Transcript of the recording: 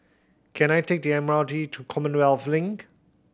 can I take the M R T to Commonwealth Link